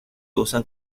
usan